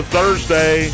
Thursday